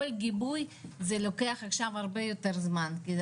כל גיבוי זה לוקח עכשיו הרבה יותר זמן כי זה